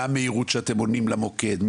מה המהירות שאתם עונים למוקד?